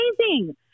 amazing